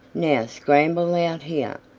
now scramble out here.